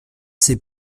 c’est